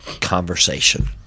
conversation